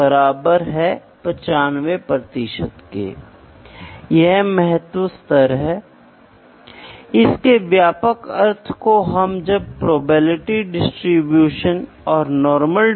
अब आप यह देखना चाहते हैं यह है यह मशीनिंग के बाद प्राप्त होता है या प्राप्त होता है यह अब 004 मिलीमीटर की विसंगति है